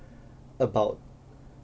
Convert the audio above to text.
about